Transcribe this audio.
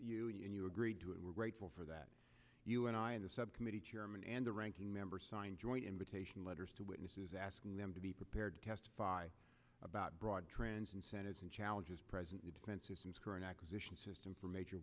you and you agreed to it we're grateful for that you and i and the subcommittee chairman and the ranking member signed joint invitation letters to witnesses asking them to be prepared to testify about broad trends incentives and challenges present advances and current acquisition system for major